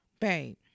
babe